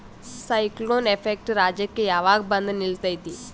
Cyclone effect ರಾಜ್ಯಕ್ಕೆ ಯಾವಾಗ ಬಂದ ನಿಲ್ಲತೈತಿ?